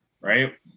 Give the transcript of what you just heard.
right